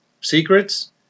Secrets